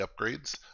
upgrades